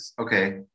okay